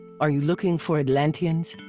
are you looking for atlanteans?